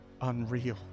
unreal